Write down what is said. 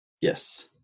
Yes